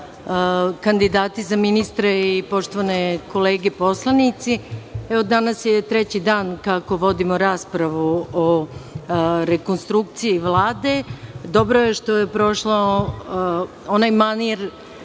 kandidati za ministre i poštovani kolege poslanici, danas je treći dan kako vodimo raspravu o rekonstrukciji Vlade. Dobro je što je prošao onaj manir,